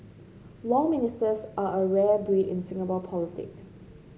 Law Ministers are a rare breed in Singapore politics